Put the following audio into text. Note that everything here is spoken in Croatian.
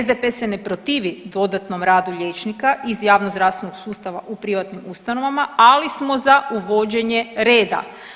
SDP se ne protivi dodatnom radu liječnika iz javnozdravstvenog sustava u privatnim ustanovama, ali smo za uvođenje reda.